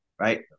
right